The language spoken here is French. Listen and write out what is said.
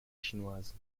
chinoise